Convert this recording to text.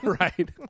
Right